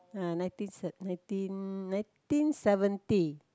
uh nineteen se~ nineteen nineteen seventy